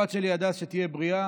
הבת שלי הדס, שתהיה בריאה,